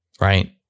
Right